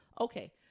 Okay